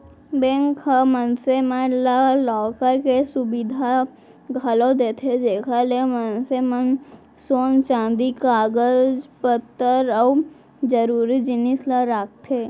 bank ह मनसे मन ला लॉकर के सुबिधा घलौ देथे जेकर ले मनसे मन सोन चांदी कागज पातर अउ जरूरी जिनिस ल राखथें